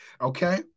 Okay